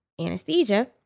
anesthesia